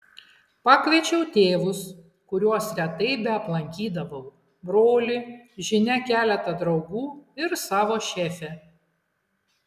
pakviečiau tėvus kuriuos retai beaplankydavau brolį žinia keletą draugų ir savo šefę